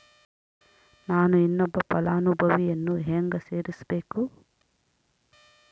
ನಾನು ಇನ್ನೊಬ್ಬ ಫಲಾನುಭವಿಯನ್ನು ಹೆಂಗ ಸೇರಿಸಬೇಕು?